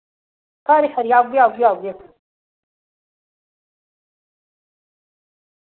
खरी खरी औगे औगे ओगै